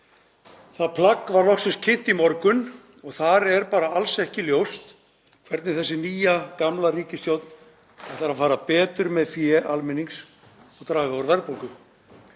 Það plagg var loksins kynnt í morgun og þar er bara alls ekki ljóst hvernig þessi nýja gamla ríkisstjórn ætlar að fara betur með fé almennings og draga úr verðbólgu.